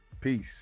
peace